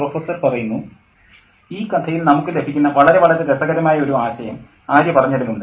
professor ഈ കഥയിൽ നമുക്ക് ലഭിക്കുന്ന വളരെ വളരെ രസകരമായ ഒരു ആശയം ആര്യ പറഞ്ഞതിൽ ഉണ്ട്